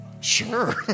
Sure